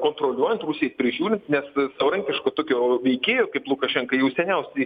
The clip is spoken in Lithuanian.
kontroliuojant rusijai prižiūrint nes savarankiško tokio veikėjo kaip lukašenka jau seniausiai